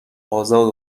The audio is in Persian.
ازاد